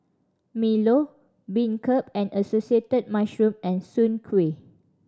milo beancurd with mushrooms and Soon Kuih